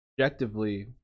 objectively